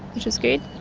which is good.